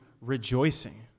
rejoicing